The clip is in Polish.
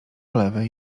lewej